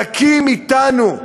תקים אתנו,